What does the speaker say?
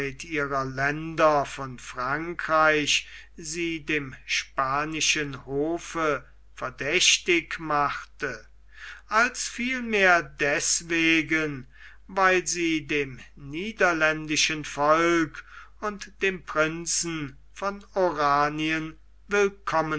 ihrer länder von frankreich sie dem spanischen hofe verdächtig machte als vielmehr deßwegen weil sie dem niederländischen volk und dem prinzen von oranien willkommen